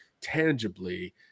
tangibly